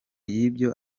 y’ibyo